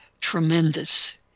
tremendous